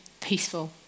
peaceful